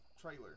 trailer